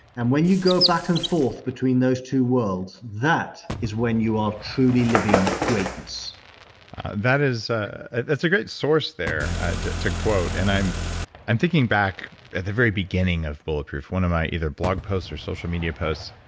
and when you go back and forth between those two worlds, that is when you are truly living greatness that's a ah that's a great source there to to quote. and i'm i'm thinking back at the very beginning of bulletproof, one of my either blog posts or social media posts.